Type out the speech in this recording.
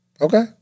Okay